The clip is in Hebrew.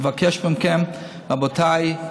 אני מבקש מכם: רבותיי,